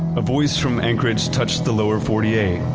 a voice from anchorage touched the lower forty eight.